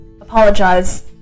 apologize